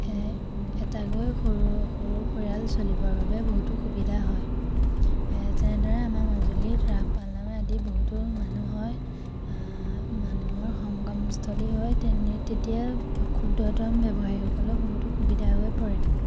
এ এটাকৈ সৰু সৰু পৰিয়াল চলিবৰ বাবে বহুতো সুবিধা হয় এ যেনেদৰে আমাৰ মাজুলীত ৰাস পালনাম আদিত বহুতো মানুহ হয় আ মানুহৰ সংগমস্থলী হয় তেনে তেতিয়া ক্ষুদ্ৰতম ব্যৱসায়সকলৰো বহুতো সুবিধা হৈ পৰে